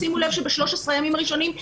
ב-13 הימים הראשונים,